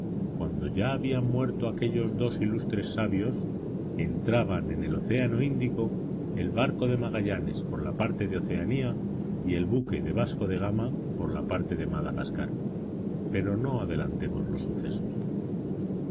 cuando ya habían muerto aquellos dos ilustres sabios entraban en el océano índico el barco de magallanes por la parte de oceanía y el buque de vasco de gama por la parte de madagascar pero no adelantemos los sucesos